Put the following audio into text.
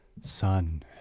son